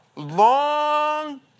long